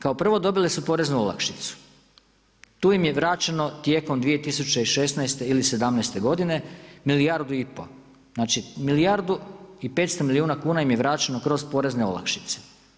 Kao prvo dobile su poreznu olakšicu, tu im je vraćeno tijekom 2016. ili 2017. godine milijardu i pol, znači milijardu i 500 milijuna kuna im je vraćeno kroz porezne olakšice.